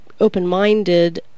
open-minded